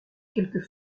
quelques